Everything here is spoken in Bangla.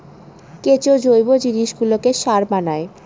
কেঁচো জৈব জিনিসগুলোকে সার বানায়